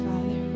Father